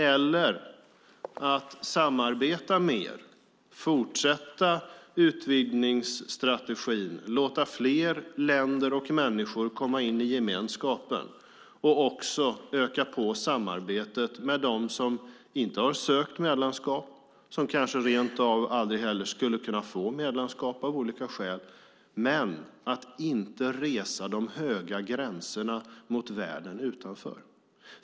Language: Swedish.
Men det talas också om att samarbeta mer och att fortsätta utvidgningsstrategin och låta fler länder och människor komma in i gemenskapen och också om att öka samarbetet med dem som inte har sökt medlemskap och som rent av kanske aldrig heller av olika skäl skulle kunna få medlemskap men att inte resa de höga murarna mot världen utanför.